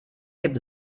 gibt